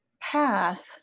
path